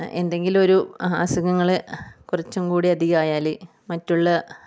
എന്തെങ്കിലും ഒരു അസുഖങ്ങൾ കുറച്ചുംകൂടി അധികമായാൽ മറ്റുള്ള